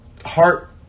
heart